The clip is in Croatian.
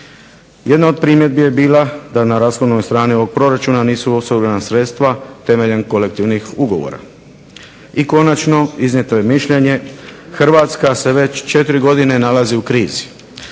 Jedna od primjedbi je bila da na rashodovnoj strani ovog proračuna nisu osigurana sredstva temeljem kolektivnih ugovora. I konačno, iznijeto je mišljenje Hrvatska se već četiri godine nalazi u krizi,